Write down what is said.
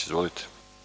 Izvolite.